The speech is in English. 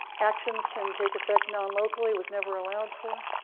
actions can take effect non-locally was never allowed for